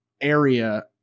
area